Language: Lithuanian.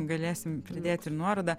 galėsim pridėti nuorodą